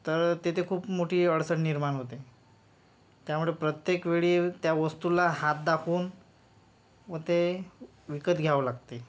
तर तिथे खूप मोठी अडचण निर्माण होते त्यामुळे प्रत्येक वेळी त्या वस्तूला हात दाखवून व ते विकत घ्यावं लागते